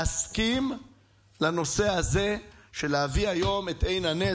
להסכים לנושא הזה של להביא היום את עין הנץ.